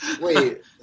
Wait